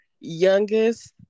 Youngest